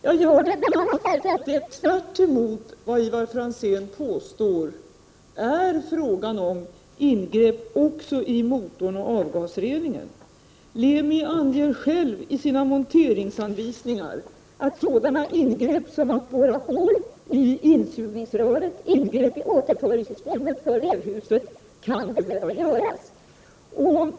Jag anser detta bl.a. därför att det — tvärtemot vad Ivar Franzén påstår — är fråga om ingrepp också i motorn och avgasreningssystemet. I Lemis monteringsanvisningar anges ju att ingrepp som innebär att man måste borra hål i insugningsröret och ingrepp i återförningssystemet för vevhuset kan behöva göras.